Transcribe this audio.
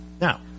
Now